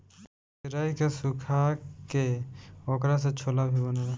केराई के सुखा के ओकरा से छोला भी बनेला